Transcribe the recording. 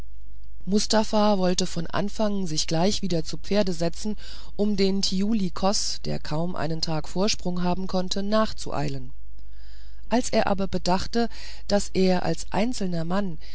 mustafa wollte von anfang sich gleich wieder zu pferd setzen um dem thiuli kos der kaum einen tag vorsprung haben konnte nachzueilen als er aber bedachte daß er als einzelner mann